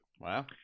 Wow